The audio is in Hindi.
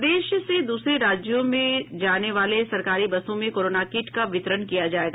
प्रदेश से दूसरे राज्यों में जाने वाले सरकारी बसों में कोरोना किट का वितरण किया जायेगा